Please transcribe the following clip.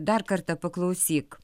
dar kartą paklausyk